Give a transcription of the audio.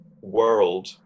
world